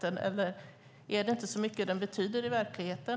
Betyder det kanske inte så mycket i verkligheten?